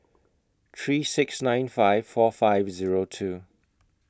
three six nine five four five Zero two